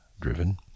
driven